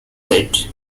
head